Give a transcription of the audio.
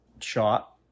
shot